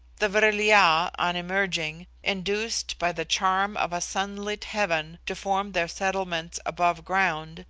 the vril-ya, on emerging, induced by the charm of a sunlit heaven to form their settlements above ground,